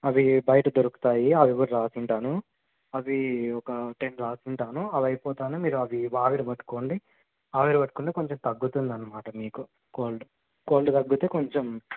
అవి బయట దొరుకుతాయి అవి కూడా వ్రాసి ఉంటాను అవి ఒక టెన్ వ్రాసి ఉంటాను అవి అయిపోతూనే మీరు అవి ఆవిరి పట్టుకోండి ఆవిరి పట్టుకుంటే కొంచెం తగ్గుతుంది అన్నమాట మీకు కోల్డ్ కోల్డ్ తగ్గితే కొంచెం